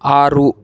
ಆರು